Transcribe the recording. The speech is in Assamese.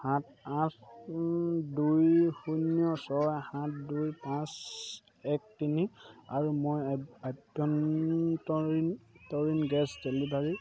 সাত আঠ দুই শূন্য ছয় সাত দুই পাঁচ এক তিনি আৰু মই আভ্যন্তৰীণ গেছ ডেলিভাৰীৰ